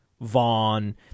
Vaughn